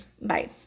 bye